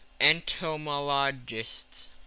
Entomologists